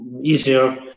easier